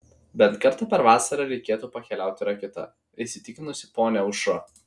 bent kartą per vasarą reikėtų pakeliauti raketa įsitikinusi ponia aušra